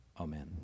amen